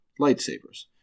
lightsabers